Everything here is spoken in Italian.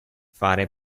fare